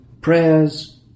prayers